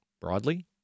broadly